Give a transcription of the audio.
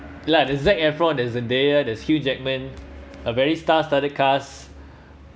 like the zac efron there's zendaya there's hugh jackman a very star-studded cast